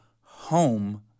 home